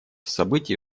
событий